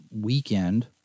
weekend